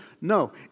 No